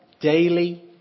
Daily